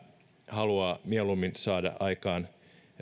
haluaa mieluummin saada aikaan